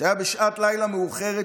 שהיה בשעת לילה מאוחרת,